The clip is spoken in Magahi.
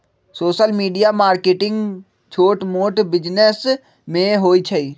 सोशल मीडिया मार्केटिंग छोट मोट बिजिनेस में होई छई